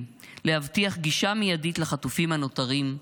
להבטיח גישה מיידית לחטופים הנותרים,